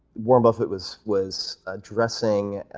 warren buffet was was addressing